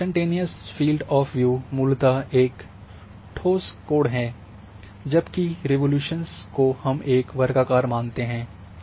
तो instantaneous field of view मूलतः एक ठोस कोण है जबकि रिज़ॉल्यूशन को हम एक वर्गाकार मानते हैं